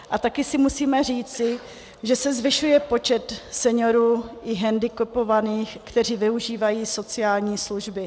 A také si musíme říci, že se zvyšuje počet seniorů i hendikepovaných, kteří využívají sociální služby.